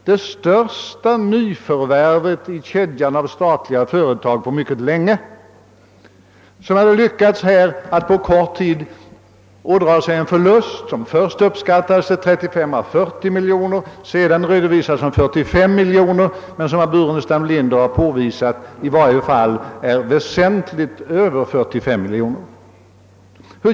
Det största nyförvärvet i kedjan av statliga företag på mycket länge hade på kort tid ådragit sig en förlust som först uppskattades till 35 å 40 miljoner kronor och sedan redovisades till 45 miljoner kronor men som herr Burenstam Linder har påvisat i varje fall är väsentligt större än 45 miljoner kronor.